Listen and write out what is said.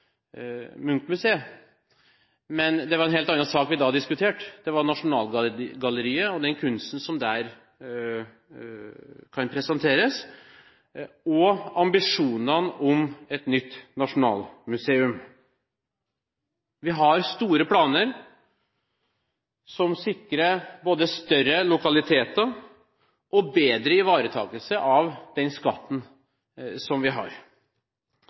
Men det var en helt annen sak vi da diskuterte. Det var Nasjonalgalleriet og den kunsten som der kan presenteres, og ambisjonene om et nytt nasjonalmuseum. Vi har store planer som sikrer både større lokaliteter og bedre ivaretakelse av den skatten vi har.